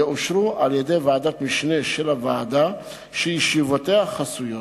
יאושרו על-ידי ועדת משנה של הוועדה שישיבותיה חסויות,